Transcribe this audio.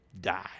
die